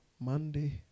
Monday